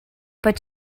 but